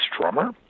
drummer